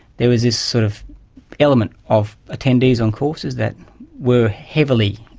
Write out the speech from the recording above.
there was this sort of element of attendees on courses that were heavily,